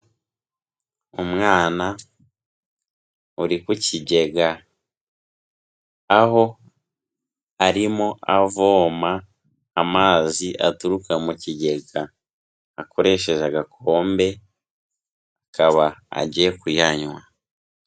Umwana uri ku kigega, aho arimo avoma amazi aturuka mu kigega, akoresheje agakombe, akaba agiye kuyanywa.